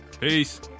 Peace